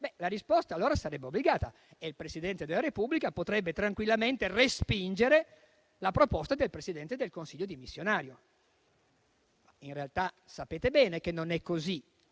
la risposta allora sarebbe obbligata e il Presidente della Repubblica potrebbe tranquillamente respingere la proposta del Presidente del Consiglio dimissionario. In realtà, sapete bene che non è così.